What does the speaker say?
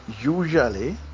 usually